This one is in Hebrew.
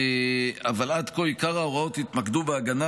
אבל עד כה עיקר ההוראות התמקדו בהגנה